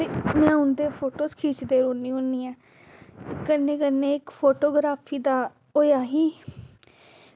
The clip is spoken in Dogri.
ते में उं'दे फोटोज़ खिच्चदी रौह्न्नी ऐं कन्नै कन्नै इक फोटोग्रॉफी दा होएआ ही